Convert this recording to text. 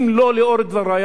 אם לא לאור דברי,